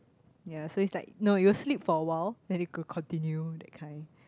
ya so it's like no you will sleep for a while then continue that kind